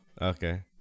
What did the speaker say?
okay